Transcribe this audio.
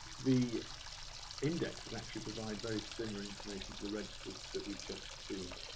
the indexes actually provide very similar information to the registers that we've just seen.